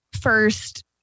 first